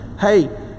hey